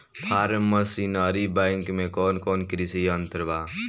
Form machinery bank में कौन कौन कृषि यंत्र बा?